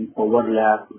overlap